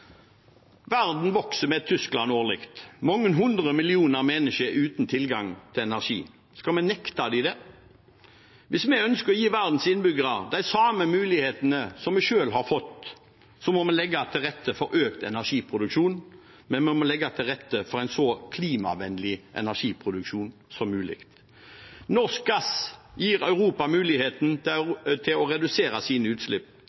Verden vokser med et Tyskland årlig. Mange hundre millioner mennesker er uten tilgang til energi. Skal vi nekte dem det? Hvis vi ønsker å gi verdens innbyggere de samme mulighetene som vi selv har fått, må vi legge til rette for økt energiproduksjon, men vi må legge til rette for en så klimavennlig energiproduksjon som mulig. Norsk gass gir Europa muligheten til å redusere sine utslipp.